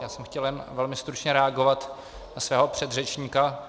Já jsem chtěl jen velmi stručně reagovat na svého předřečníka.